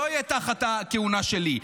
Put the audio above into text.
לא יהיה תחת הכהונה שלי,